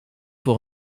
voor